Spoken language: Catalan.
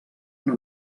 una